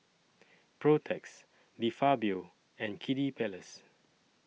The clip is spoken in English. Protex De Fabio and Kiddy Palace